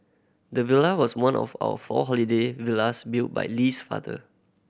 the villa was one of four holiday villas built by Lee's father